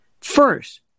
First